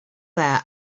there